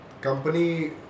company